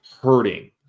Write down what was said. hurting